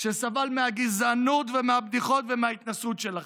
שסבל מהגזענות ומהבדיחות ומההתנשאות שלכם?